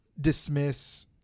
dismiss